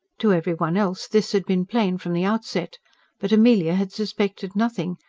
to every one else this had been plain from the outset but amelia had suspected nothing,